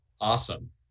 Awesome